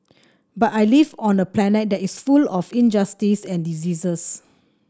but I live on a planet that is full of injustice and diseases